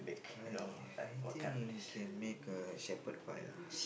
!aiya! I think you can make a shepherd pie ah